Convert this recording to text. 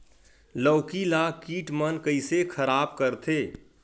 लौकी ला कीट मन कइसे खराब करथे?